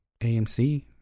AMC